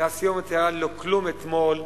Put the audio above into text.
והסיומת היא: "לא כלום אתמול,